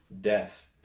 death